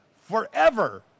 forever